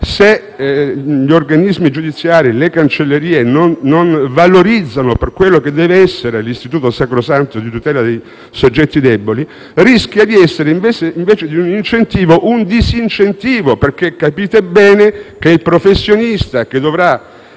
se gli organismi giudiziari e le cancellerie non lo valorizzano per quello che deve essere, l'istituto di tutela dei soggetti deboli rischia di essere, invece che un incentivo, un disincentivo. Capite bene, infatti, che il professionista che dovrà